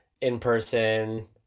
in-person